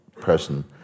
person